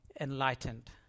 enlightened